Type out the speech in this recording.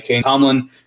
Tomlin